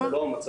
זה לא המצב.